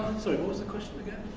was the question, again?